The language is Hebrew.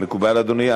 מקובל, אדוני.